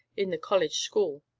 in the college school.